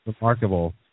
remarkable